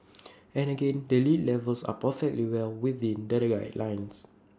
and again the lead levels are perfectly well within the guidelines